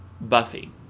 Buffy